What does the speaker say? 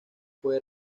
fue